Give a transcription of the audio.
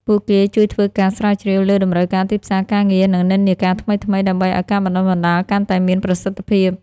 ពួកគេជួយធ្វើការស្រាវជ្រាវលើតម្រូវការទីផ្សារការងារ និងនិន្នាការថ្មីៗ ដើម្បីឱ្យការបណ្តុះបណ្តាលកាន់តែមានប្រសិទ្ធភាព។